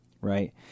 right